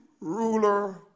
ruler